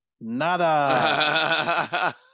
Nada